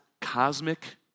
cosmic